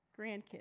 grandkids